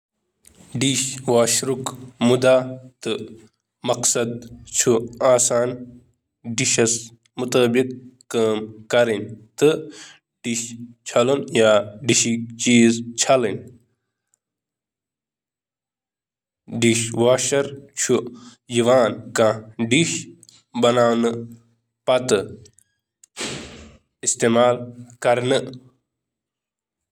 Dish واشرُک مقصد چھُ برتن صاف کرُن، کُک سامان تہٕ بانہٕ پٲنۍ پانے صاف کرٕنۍ۔